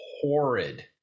horrid